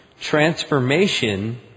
Transformation